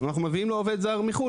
אנחנו מביאים לו עובד זר מחו"ל,